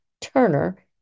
Turner